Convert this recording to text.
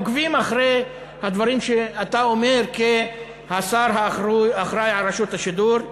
עוקבים אחרי הדברים שאתה אומר כשר הממונה על רשות השידור.